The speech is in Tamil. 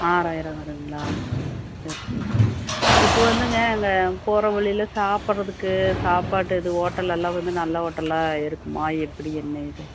ஆறாயிரம் வருங்களா சரி சரிங்க இப்போ வந்துங்க அங்கே போகிற வழியில் சாப்பிட்றதுக்கு சாப்பாட்டு இது ஹோட்டல் எல்லாம் வந்து நல்ல ஹோட்டலாக இருக்குமா எப்படி என்ன இது